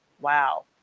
Wow